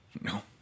No